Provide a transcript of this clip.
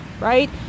right